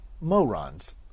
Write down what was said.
Morons